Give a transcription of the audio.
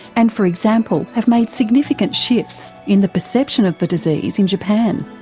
and for example have made significant shifts in the perception of the disease in japan.